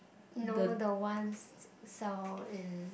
no the one sound in